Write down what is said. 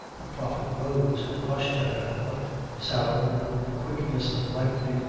the prophet rose and rushed at her but sarah, with the quickness of lightning,